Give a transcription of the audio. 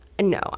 No